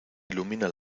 ilumina